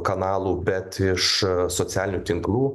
kanalų bet iš socialinių tinklų